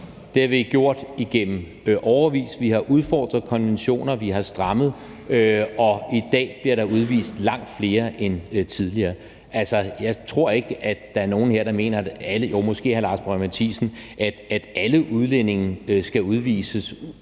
Det har vi gjort i årevis, vi har udfordret konventioner, vi har strammet, og i dag bliver der udvist langt flere end tidligere. Jeg tror ikke, der er nogen her, der mener – jo, måske hr.